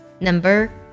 Number